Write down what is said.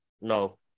No